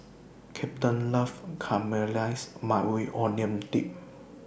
Captain loves Caramelized Maui Onion Dip